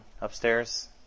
upstairs